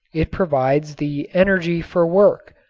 it provides the energy for work.